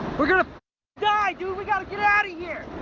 we're gonna die, dude! we gotta get out of here!